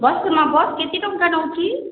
bus ନା bus କେତେ ଟଙ୍କା ନେଉଛି